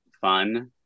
fun